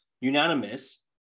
unanimous